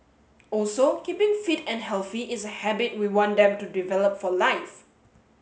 also keeping fit and healthy is a habit we want them to develop for life